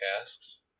asks